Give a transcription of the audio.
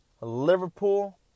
Liverpool